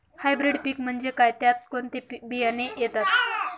Hybrid पीक म्हणजे काय? यात कोणते बियाणे येतात?